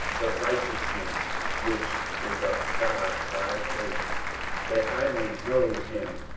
the righteousness which is of god by faith that i may know him,